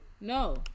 No